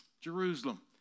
Jerusalem